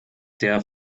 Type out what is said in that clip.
der